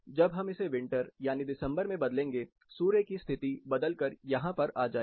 जब हम इसे विंटर यानी दिसंबर में बदलेंगे सूर्य की स्थिति बदल कर यहां पर आ जाएगी